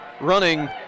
running